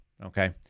Okay